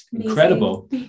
incredible